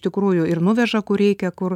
tikrųjų ir nuveža kur reikia kur